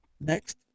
Next